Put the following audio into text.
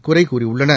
குறைகூறியுள்ளன